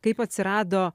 kaip atsirado